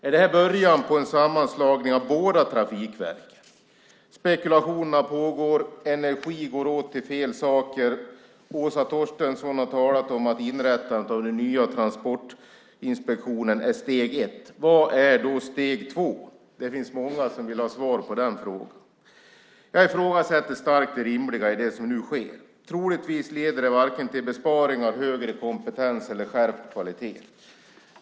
Är det här början på en sammanslagning av båda trafikverken? Spekulationerna pågår, och energi går åt till fel saker. Åsa Torstensson har talat om att inrättandet av den nya transportinspektionen är steg 1. Vad är då steg 2? Det finns många som vill ha svar på den frågan. Jag ifrågasätter starkt det rimliga i det som nu sker. Troligtvis leder det till varken besparingar, högre kompetens eller skärpt kvalitet.